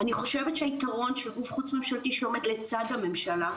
אני חושבת שהיתרון של גוף חוץ ממשלתי שעומד לצד הממשלה,